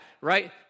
right